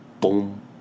boom